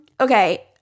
Okay